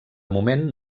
moment